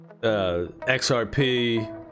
xrp